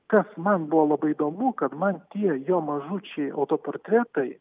kas man buvo labai įdomu kad man tie jo mažučiai autoportretai